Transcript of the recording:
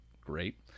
Great